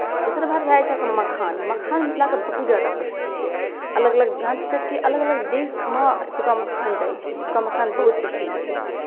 दोसर बात भए जाइ छै अहाँके मखान मखान मिथिलाके बहुत ज्यादा प्रसिद्ध छै अलग अलग यहाँतक कि अलग अलग देशमे एतुक्का मखान जाइ छै एतुक्का मखान बहुत प्रसिद्ध छै